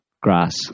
grass